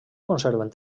conserven